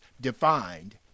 defined